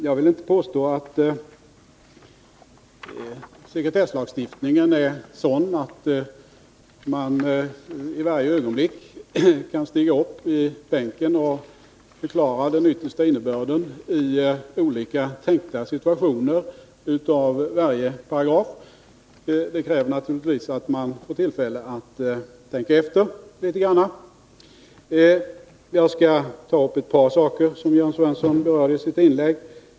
Jag vill inte påstå att sekretesslagstiftningen är sådan, att man när som helst kan stiga upp i bänken och förklara den yttersta innebörden av varje paragraf i olika tänkta situationer. Det krävs naturligtvis att man får tillfälle att tänka efter litet grand. Jag skall beröra ett par saker som Jörn Svensson tog upp i sitt inlägg.